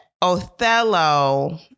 Othello